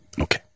Okay